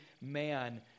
man